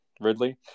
Ridley